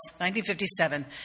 1957